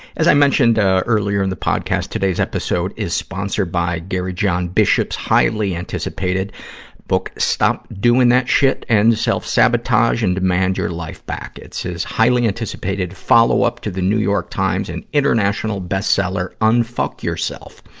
as i mentioned, ah earlier in the podcast, today's episode is sponsored by gary john bishop's highly-anticipated book, stop doing that shit end self-sabotage and demand your life back. it's his highly-anticipated follow-up to the new york times and international best seller, unfuck yourself.